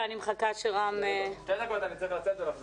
אני צריך לצאת ולחזור.